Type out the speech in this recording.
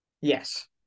Yes